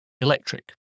electric